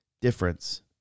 difference